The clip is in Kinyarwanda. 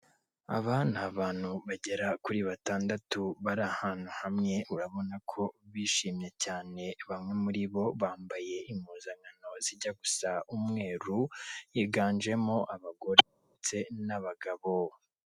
Aba ni abantu bagera kuri batandatu bari ahantu hamwe urabona ko bishimye cyane; bamwe muri bo bambaye impuzankano zijya gusa umweru higanjemo abagore ndetse n'abagabo.